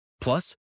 Plus